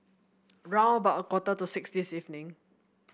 round about a quarter to six this evening